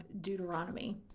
Deuteronomy